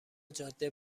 جاده